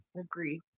Agree